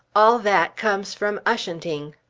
all that comes from ushanting.